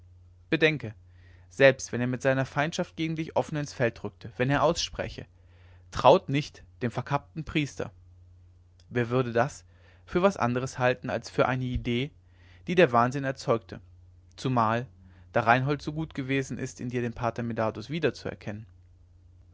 bedenke selbst wenn er mit seiner feindschaft gegen dich offen ins feld rückte wenn er es ausspräche traut nicht dem verkappten priester wer würde das für was anderes halten als für eine idee die der wahnsinn erzeugte zumal da reinhold so gut gewesen ist in dir den pater medardus wiederzuerkennen